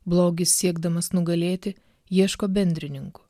blogis siekdamas nugalėti ieško bendrininkų